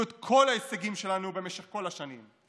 את כל ההישגים שלנו במשך כל השנים,